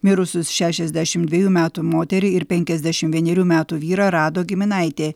mirusius šešiasdešimt dvejų metų moterį ir penkiasdešim vienerių metų vyrą rado giminaitė